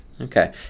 Okay